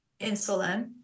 insulin